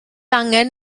angen